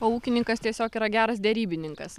o ūkininkas tiesiog yra geras derybininkas